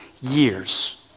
years